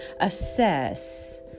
assess